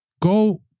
go